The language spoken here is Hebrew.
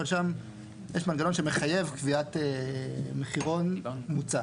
אבל שם יש מנגנון שמחייב קביעת מחירות מוצע.